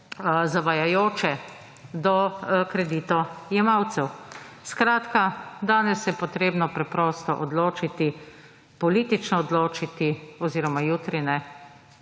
zavajajoče do kreditojemalcev. Skratka, danes je potrebno preprosto politično odločiti oziroma jutri,